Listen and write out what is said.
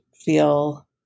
feel